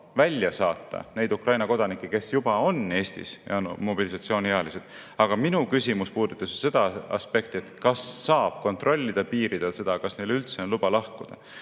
välja saata neid Ukraina kodanikke, kes juba on Eestis ja on mobilisatsiooniealised. Aga minu küsimus puudutas seda aspekti, et kas saab kontrollida piiridel seda, kas neil üldse on luba lahkuda.